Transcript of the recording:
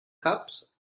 cups